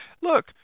Look